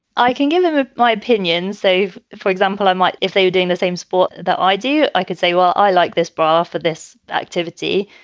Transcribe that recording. i can give them ah my opinions they've. for example, i might if they were doing the same sport that i do. i could say, well, i like this bar for this activity.